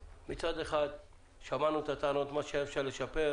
מצד אחד שמענו את הטענות, מה שהיה אפשר לשפר,